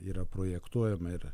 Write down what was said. yra projektuojama ir